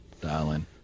dial-in